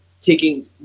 taking